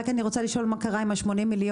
אני רוצה לשאול מה קרה עם אותם 80,000,000